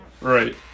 Right